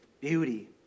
Beauty